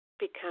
become